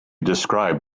described